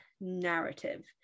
narrative